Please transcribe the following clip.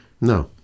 No